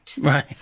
Right